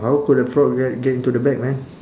how could a frog get get into the bag man